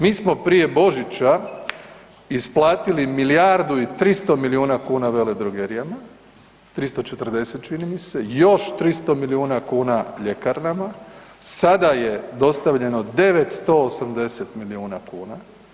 Mi smo prije Božića isplatili milijardu i 300 milijuna kuna veledrogerijama, 340, čini mi se, još 300 milijuna kuna ljekarnama, sada je dostavljeno 980 milijuna kuna.